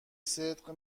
صدق